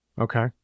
Okay